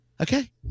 okay